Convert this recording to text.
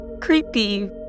creepy